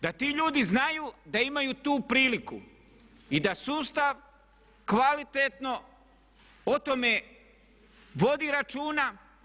Da ti ljudi znaju da imaju tu priliku i da sustav kvalitetno o tome vodi računa.